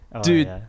Dude